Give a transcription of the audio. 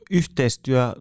yhteistyö